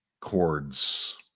chords